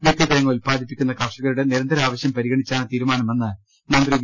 വിത്തുതേങ്ങ ഉൽപ്പാദിപ്പിക്കുന്ന കർഷകരുടെ നിരന്തര ആവശ്യം പരിഗണിച്ചാണ് തീരുമാനമെന്ന് മന്ത്രി വി